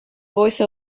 voice